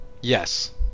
Yes